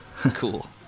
Cool